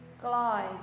glide